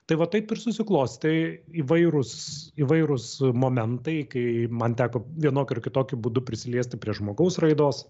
tai va taip ir susiklostė įvairūs įvairūs momentai kai man teko vienokiu ar kitokiu būdu prisiliesti prie žmogaus raidos